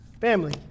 Family